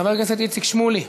חבר הכנסת איציק שמולי,